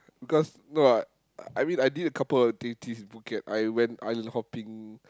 because no ah uh I mean I did a couple activities in Phuket I went island hopping